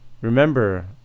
Remember